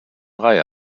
reihe